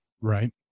Right